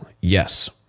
Yes